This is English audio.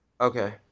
okay